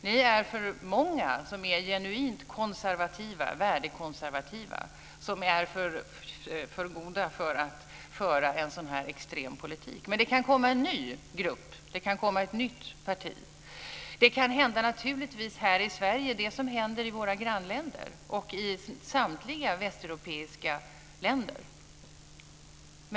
De är för många som är genuint värdekonservativa, som är för goda för att föra en sådan här extrem politik. Men det kan komma en ny grupp, ett nytt parti. Det kan naturligtvis hända här i Sverige det som händer i våra grannländer och i samtliga västeuropeiska länder.